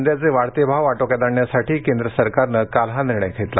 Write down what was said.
कांद्याचे वाढते भाव आटोक्यात आणण्यासाठी केंद्र सरकारनं काल हा निर्णय घेतला